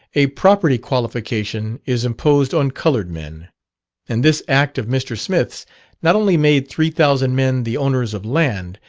a property-qualification is imposed on coloured men and this act of mr. smith's not only made three thousand men the owners of land,